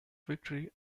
victory